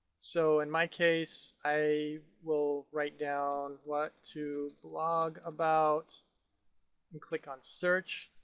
so in my case i will write down what to blog about and click on search.